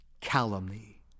Calumny